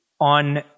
on